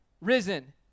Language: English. risen